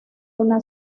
una